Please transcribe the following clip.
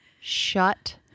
Shut